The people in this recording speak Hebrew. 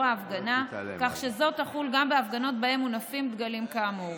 ההפגנה כך שזו תחול גם בהפגנות שבהן מונפים דגלים כאמור.